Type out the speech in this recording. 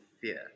fear